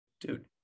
Dude